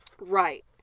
right